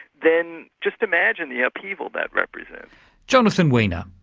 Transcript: then just imagine the upheaval that represents. jonathan weiner.